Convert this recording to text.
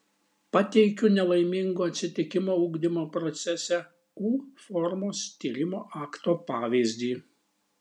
pateikiu nelaimingo atsitikimo ugdymo procese u formos tyrimo akto pavyzdį